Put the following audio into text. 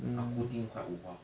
aku think quite wu hua